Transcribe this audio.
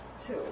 two